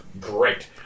Great